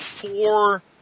four